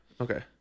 Okay